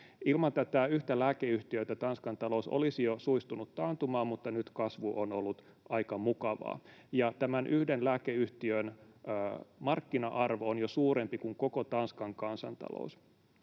Ilman tätä yhtä lääkeyhtiötä Tanskan talous olisi jo suistunut taantumaan, mutta nyt kasvu on ollut aika mukavaa. Tämän yhden lääkeyhtiön markkina-arvo on jo suurempi kuin koko Tanskan kansantalous.